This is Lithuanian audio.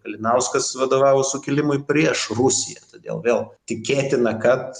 kalinauskas vadovavo sukilimui prieš rusiją todėl vėl tikėtina kad